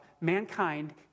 Mankind